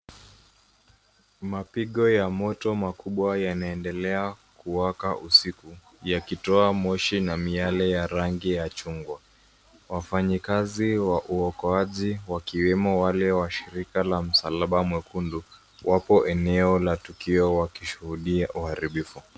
Mapigo ya moto makubwa yanaendelea kuwaka usiku yakitoa moshi na miale ya rangi ya chungwa. Wanafanyikazi wa uokoaji wakiwemo wale wa shirika la msalaba mwekundu wapo eneo la tukio wakishuhudia uharibifu.